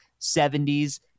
70s